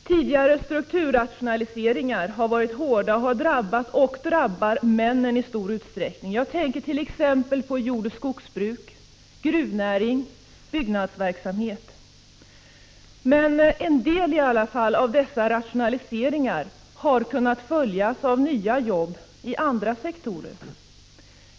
Tidigare strukturrationaliseringar har varit hårda och har drabbat och drabbar männen i stor utsträckning. Jag tänker t.ex. på jordoch skogsbruk, gruvnäring och byggnadsverksamhet. I varje fall en del av dessa rationaliseringar har kunnat följas av nya jobb i andra sektorer.